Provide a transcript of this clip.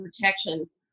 protections